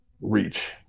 reach